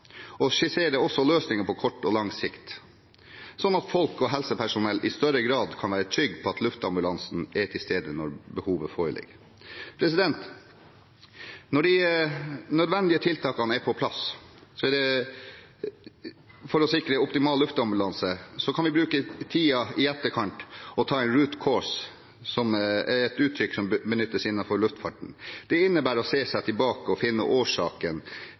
og skisserer også løsninger på kort og lang sikt, slik at folk og helsepersonell i større grad kan være trygge på at luftambulansen er til stede når behovet er der. Når de nødvendige tiltakene er på plass for å sikre optimal luftambulanse, kan vi bruke tiden i etterkant til å ta en «root cause»-analyse, som er et begrep som benyttes innen luftfarten. Det innebærer å se seg tilbake og finne årsaken